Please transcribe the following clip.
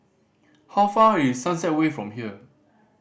how far is Sunset Way from here